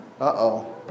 uh-oh